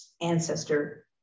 ancestor